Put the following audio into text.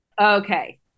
Okay